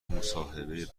مصاحبه